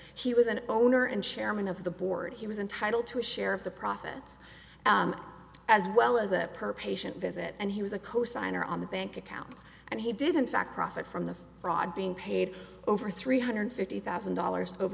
he was an owner and chairman of the board he was entitled to a share of the profits as well as a per patient visit and he was a cosigner on the bank accounts and he didn't fact profit from the fraud being paid over three hundred fifty thousand dollars over